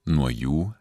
nuo jų